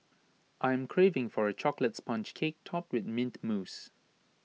I am craving for A Chocolate Sponge Cake Topped with Mint Mousse